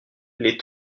les